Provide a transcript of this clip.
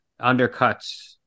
undercuts